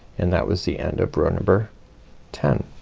and that was the end of row number ten.